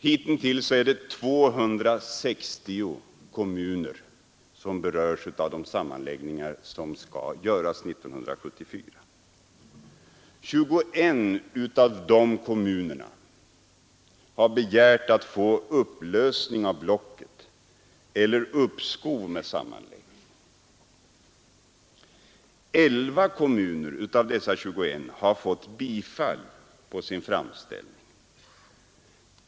Hittills har 260 kommuner berörts av de sammanläggningar som skall göras 1974. 21 av de kommunerna har begärt att få upplösning av blocket eller uppskov med sammanläggningen. 11 av dessa 21 kommuner har fått bifall på sin framställning.